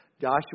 Joshua